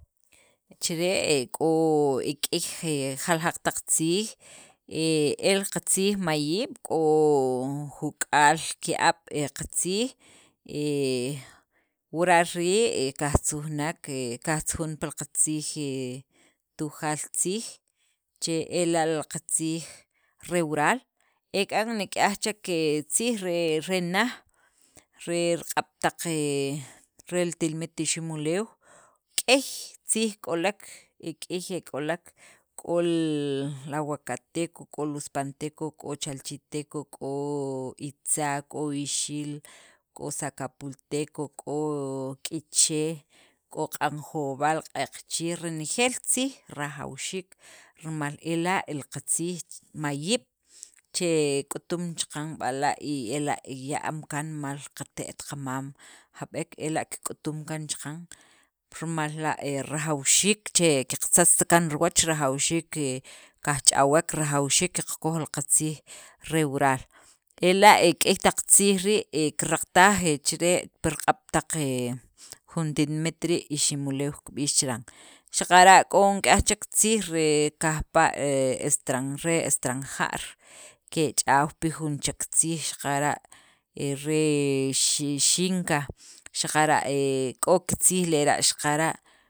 Chire e k'o k'ey jaljaq taq tziij, el qatziij mayiib' k'o juk'aal ki'ab' he qatziij, he wural rii' qajtzujunek, qajtzujun pi li qatziij Tujaal tziij, che ela' li tziij re wural, ek'an nik'yaj chek tziij re naj re riq'ab' taq li tinimet Iximulew. Key tziij e k'olek, e k'ey e k'lek, k'o li awakateko, k'o li uspanteko, k'o chalchiteko, k'o Itza', k'o ixil, k'o sakapulteko, k'o k'iche', k'o q'anjob'al, q'eqchi' renjeel tziij rajawxiik, rimal ela' li qatziij mayiib' che k'utum chaqan b'ala' y ela' ya'm kaan mal qate't qamam jab'ek, ela' k'utum kaan chaqan, rimal la' he rajawxiik che qatzatzt kaan riwach, rajawxxiik ke qajch'awek, rajawxiik qakoj li qatziij re wural, ela' k'ey taq tziij rii' he keraqtaj he chire', pi riq'ab' taq he jun tinimet rii' Iximuleew kib'ix chiran, xaqara' k'o nik'aj chek tziij re kajpa' he estra' re estra'njar kech'aw pi jun chek tziij, xaqara' he re xinka xaqara' he k'o kitziij lera' xaqara'.